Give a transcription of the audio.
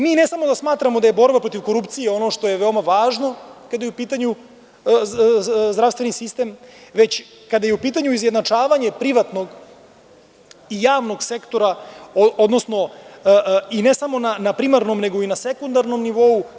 Mi ne samo da smatramo da je borba protiv korupcije ono što je veoma važno kada je u pitanju zdravstveni sistem, već i kada je u pitanju izjednačavanje privatnog i javnog sektora, odnosno ne samo na primarno, nego i na sekundarnom nivou.